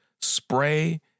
spray